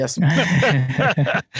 Yes